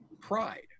pride